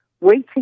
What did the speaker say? waiting